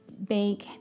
bank